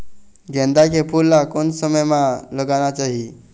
गेंदा के फूल ला कोन समय मा लगाना चाही?